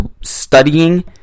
studying